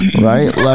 right